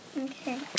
Okay